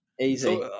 Easy